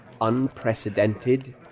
unprecedented